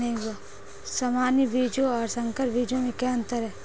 सामान्य बीजों और संकर बीजों में क्या अंतर है?